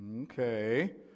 Okay